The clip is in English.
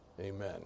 Amen